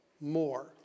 more